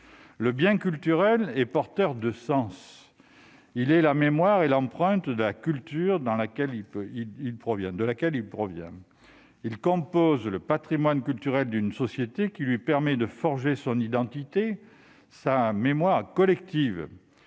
Le bien culturel est porteur de sens ; il est la mémoire et l'empreinte de la culture dont il est issu. Il compose le patrimoine culturel d'une société qui lui permet de forger son identité, sa mémoire collective.